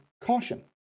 caution